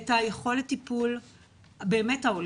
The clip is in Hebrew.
את יכולת הטיפול ההוליסטי.